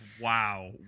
Wow